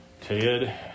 Ted